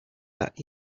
that